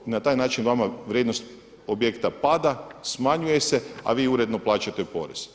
Na taj način vama vrijednost objekta pada, smanjuje se, a vi uredno plaćate porez.